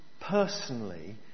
personally